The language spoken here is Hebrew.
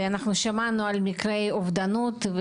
שמענו על מקרי אובדנות.